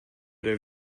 der